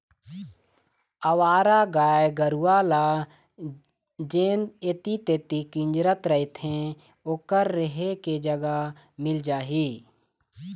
अवारा गाय गरूवा ल जेन ऐती तेती किंजरत रथें ओखर रेहे के जगा मिल जाही